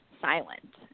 silent